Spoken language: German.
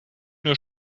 nur